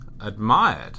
admired